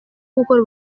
gukora